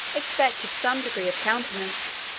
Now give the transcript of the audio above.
expected some degree of countenance,